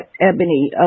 Ebony